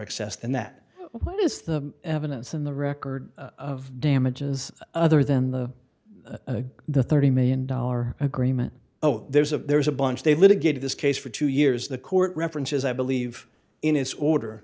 access than that what is the evidence in the record of damages other than the the thirty million dollars agreement oh there's a there's a bunch they've litigated this case for two years the court references i believe in his order